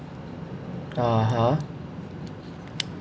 (uh huh)